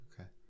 okay